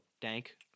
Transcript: Dank